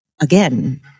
again